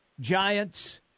Giants